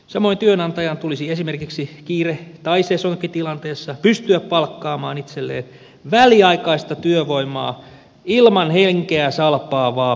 samoin työnantajan tulisi esimerkiksi kiire tai sesonkitilanteessa pystyä palkkaamaan itselleen väliaikaista työvoimaa ilman henkeäsalpaavaa byrokratiaa tai velvoitteita